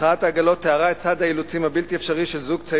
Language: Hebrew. מחד, לא היגיון של קולחוז,